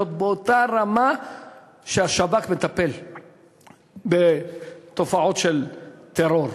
באותה רמה שבה השב"כ מטפל בתופעות של טרור.